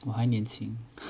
我还年轻